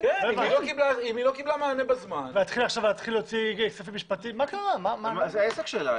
כן, זה העסק שלה.